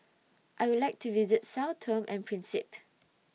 I Would like to visit Sao Tome and Principe